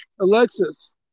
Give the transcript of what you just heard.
Alexis